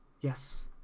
yes